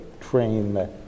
train